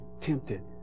tempted